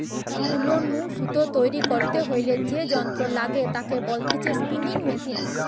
তুলো নু সুতো তৈরী করতে হইলে যে যন্ত্র লাগে তাকে বলতিছে স্পিনিং মেশিন